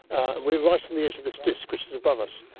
and we are right on the edge of this disc which is above us.